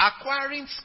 Acquiring